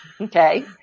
Okay